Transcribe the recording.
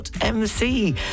MC